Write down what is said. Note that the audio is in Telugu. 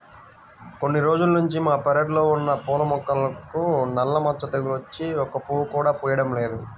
కొన్ని రోజుల్నుంచి మా పెరడ్లో ఉన్న పూల మొక్కలకు నల్ల మచ్చ తెగులు వచ్చి ఒక్క పువ్వు కూడా పుయ్యడం లేదు